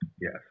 Yes